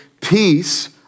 peace